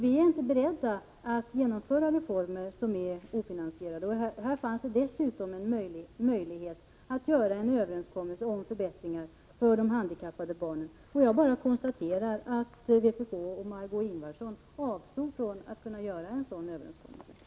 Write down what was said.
Vi är inte beredda att genomföra reformer som är ofinansierade. Här fanns det dessutom en möjlighet till en överenskommelse om förbättringar för de handikappade barnen. Jag får bara konstatera att vpk och Margö Ingvardsson avstod från att göra en sådan överenskommelse.